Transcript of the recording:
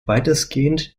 weitestgehend